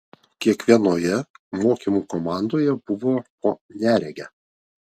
kiekvienoje mokymų komandoje buvo po neregę